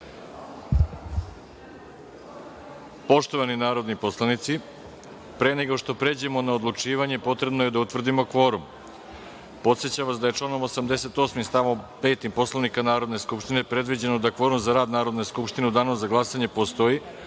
Poštovani narodni poslanici, pre nego što pređemo na odlučivanje, potrebno je da utvrdimo kvorum. Podsećam vas da je članom 88. stav 5. Poslovnika Narodne skupštine predviđeno da kvorum za rad Narodne skupštine u danu za glasanje postoji